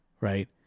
right